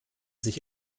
sich